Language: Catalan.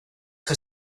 que